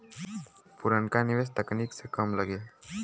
पुरनका निवेस तकनीक से कम लगे